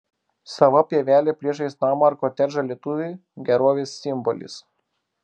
sava pievelė priešais namą ar kotedžą lietuviui gerovės simbolis